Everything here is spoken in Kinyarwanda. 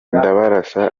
ndabarasa